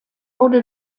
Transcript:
wurde